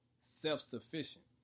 self-sufficient